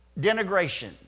denigration